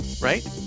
Right